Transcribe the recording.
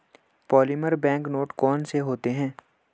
polymer bank note कौन से होते हैं